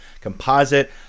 Composite